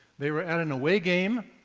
they were at an away-game,